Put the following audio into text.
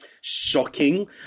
shocking